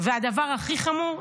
והדבר הכי חמור,